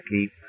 keep